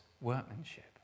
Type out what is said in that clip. workmanship